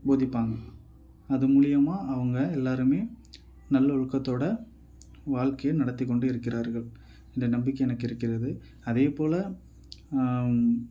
போதிப்பாங்கள் அது மூலயமா அவங்க எல்லாருமே நல்லொழுக்கத்தோட வாழ்க்கையை நடத்திக் கொண்டு இருக்கிறார்கள் இந்த நம்பிக்கை எனக்கு இருக்கிறது அதேபோல்